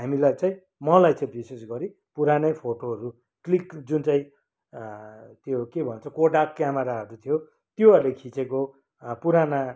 लाई चाहिँ मलाई चाहिँ विशेष गरी पुरानै फोटोहरू क्लिक जुन चाहिँ त्यो के भन्छ कोडाक क्यामराहरू थियो त्योहरूले खिचेको पुराना